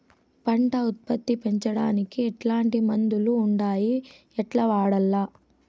పంట ఉత్పత్తి పెంచడానికి ఎట్లాంటి మందులు ఉండాయి ఎట్లా వాడల్ల?